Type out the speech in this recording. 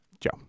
Joe